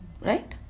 Right